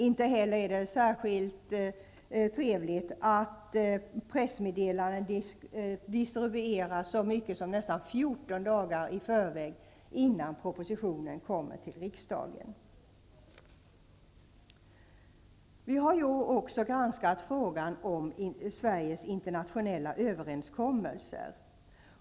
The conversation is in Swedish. Inte heller är det särskilt trevligt att pressmeddelanden distribueras så mycket som nästan 14 dagar före propositionen har lämnats till riksdagen. Utskottet har också granskat frågan om Sveriges internationella överenskommelser.